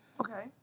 Okay